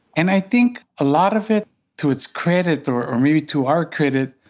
and i think a lot of it to its credit or or maybe to our credit,